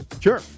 Sure